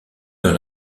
dans